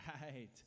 right